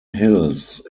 hills